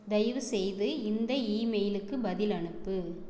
தயவுசெய்து இந்த இமெயிலுக்கு பதில் அனுப்பு